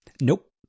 Nope